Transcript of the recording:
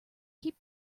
keep